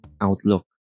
outlook